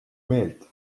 meelt